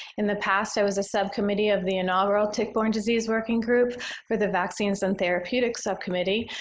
in the past, i was a subcommittee of the inaugural tick-borne disease working group for the vaccines and therapeutic subcommittee.